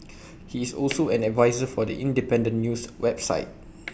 he is also an adviser for The Independent news website